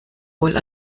wohl